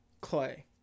Clay